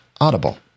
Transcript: Audible